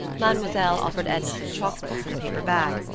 mademoiselle offered edna some chocolates in a paper bag,